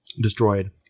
destroyed